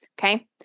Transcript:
okay